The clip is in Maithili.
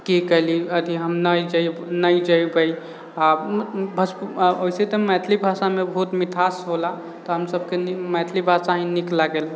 की कैली अथि हम नहि जायब नहि जेबै हाँ भज ओइसे तऽ मैथिली भाषामे बहुत मिठास होला तऽ हमसभके मैथिली भाषा ही नीक लागेला